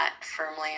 firmly